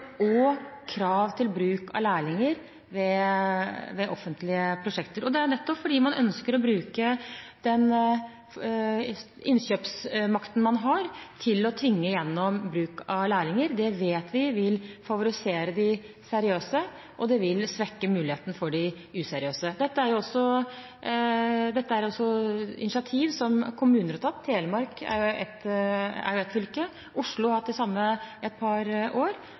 og krav til bruk av lærlinger ved offentlige prosjekter. Det er nettopp fordi man ønsker å bruke den innkjøpsmakten man har, til å tvinge gjennom bruk av lærlinger. Det vet vi vil favorisere de seriøse, og det vil svekke muligheten for de useriøse. Dette er initiativ som kommuner har tatt – Telemark er ett fylke, Oslo har hatt det samme i et per år.